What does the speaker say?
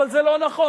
אבל זה לא נכון,